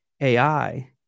AI